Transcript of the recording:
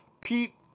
Pete